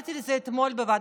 דיברתי על זה אתמול בוועדה,